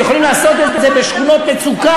הם יכולים לעשות את זה בשכונות מצוקה,